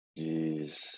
Jeez